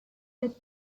the